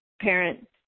parent